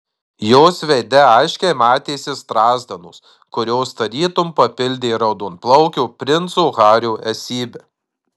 jos veide aiškiai matėsi strazdanos kurios tarytum papildė raudonplaukio princo hario esybę